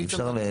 אי אפשר,